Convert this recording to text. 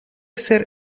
ser